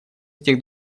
этих